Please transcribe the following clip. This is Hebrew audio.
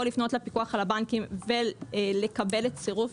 לפנות לפיקוח על הבנקים ולקבל את הסירוב,